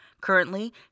Currently